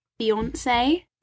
Beyonce